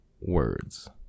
words